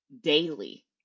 daily